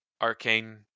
arcane